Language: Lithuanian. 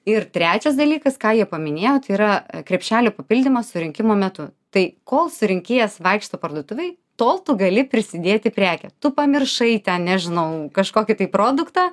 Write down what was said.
ir trečias dalykas ką jie paminėjo tai yra krepšelio papildymą surinkimo metu tai kol surinkėjas vaikšto parduotuvėj tol tu gali prisidėti prekę tu pamiršai ten nežinau kažkokį tai produktą